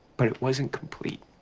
but it wasn't complete